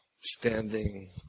standing